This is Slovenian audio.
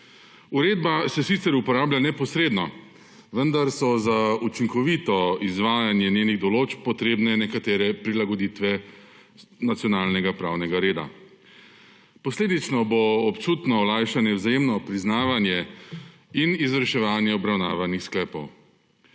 Uredba se sicer uporablja neposredno, vendar so za učinkovito izvajanje njenih določb potrebne nekatere prilagoditve nacionalnega pravnega reda. Posledično bo občutno olajšanje vzajemno priznavanje in izrečevanje obravnavanih sklepov.